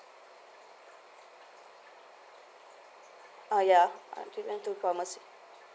uh ya